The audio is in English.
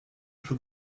for